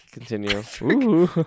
continue